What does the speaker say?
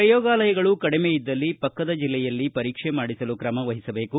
ಪ್ರಯೋಗಾಲಯಗಳು ಕಡಿಮೆ ಇದ್ದಲ್ಲಿ ಪಕ್ಕದ ಜಲ್ಲೆಯಲ್ಲಿ ಪರೀಕ್ಷೆ ಮಾಡಿಸಲು ಕ್ರಮ ವಹಿಸಬೇಕು